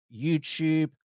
YouTube